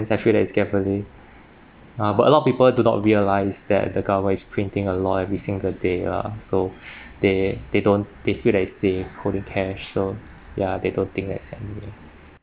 I feel that is gambling uh but a lot of people do not realise that the government is printing a lot every single day lah so they they don't they feel like it's safe holding cash so ya they don't think like gambling